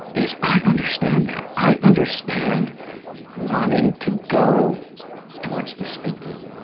is, i understand that. i understand wanting to go towards the stinky.